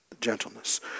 gentleness